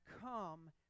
come